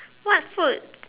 what food